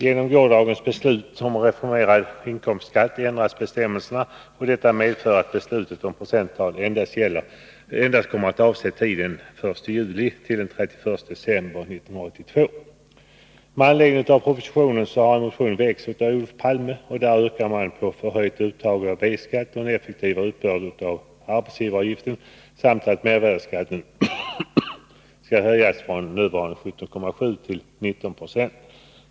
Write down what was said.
Genom gårdagens beslut om reformerad inkomstskatt ändras bestämmelserna, och detta medför att beslutet om procenttal endast kommer att avse tiden den 1 juli-den 31 december 1982. Med anledning av propositionen har en motion väckts av Olof Palme m.fl., där man yrkar på förhöjt uttag av B-skatt och en effektivare uppbörd av arbetsgivaravgifterna samt att mervärdeskatten skall höjas från nuvarande 17,7 till 19 90.